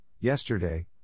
Yesterday